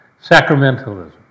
sacramentalism